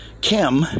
Kim